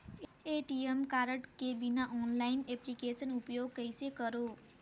ATM card के बिना online application उपयोग कइसे करो?